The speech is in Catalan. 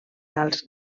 als